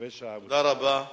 תודה רבה,